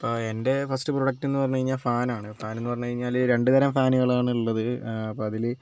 എൻ്റെ first product എന്ന് പറഞ്ഞുകഴിഞ്ഞാൽ ഫാൻ ആണ് ഫാൻ പറഞ്ഞുകഴിഞ്ഞാൽ രണ്ടുതരം ഫാനുകളാണ് ഉള്ളത് അപ്പോൾ അതിൽ